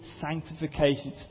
sanctification